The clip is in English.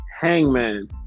Hangman